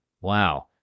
Wow